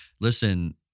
listen